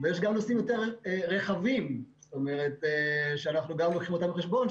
יש נושאים יותר רחבים שאנחנו גם לוקחים אותם בחשבון,